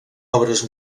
obres